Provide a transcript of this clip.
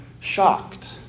shocked